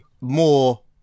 more